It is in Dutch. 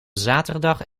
zaterdag